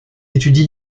étudie